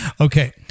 okay